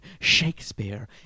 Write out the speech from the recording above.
Shakespeare